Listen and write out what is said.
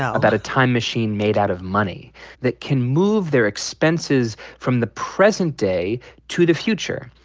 ah about a time machine made out of money that can move their expenses from the present day to the future.